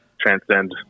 transcend